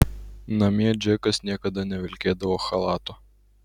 namie džekas niekada nevilkėdavo chalato